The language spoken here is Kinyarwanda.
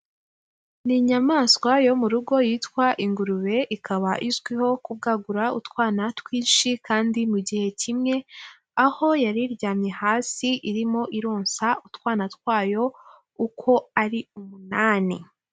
Ni nyamaswa yo mu rugo yitwa ingurube, ikaba izwiho kubwagura utwana twinshi kandi mu gihe kimwe, aho yari iryamye hasi irimo ironsa utwana twayo, uko ari umunani.